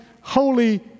holy